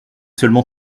seulement